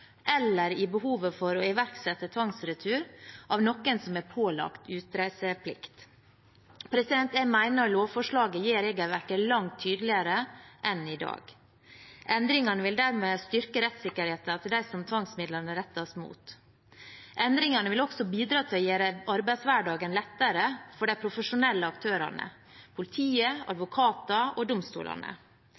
eller i behovet for å iverksette tvangsretur av noen som er pålagt utreiseplikt. Jeg mener lovforslaget gjør regelverket langt tydeligere enn det er i dag. Endringene vil dermed styrke rettssikkerheten til dem som tvangsmidlene rettes mot. Endringene vil også bidra til å gjøre arbeidshverdagen lettere for de profesjonelle aktørene – politiet, advokatene og domstolene.